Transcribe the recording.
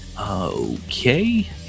Okay